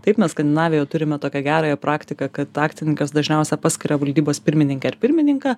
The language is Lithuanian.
taip mes skandinavijoj turime tokią gerąją praktiką kad akcininkas dažniausiai paskiria valdybos pirmininkę ir pirmininką